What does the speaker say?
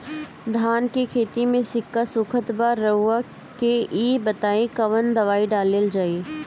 धान के खेती में सिक्का सुखत बा रउआ के ई बताईं कवन दवाइ डालल जाई?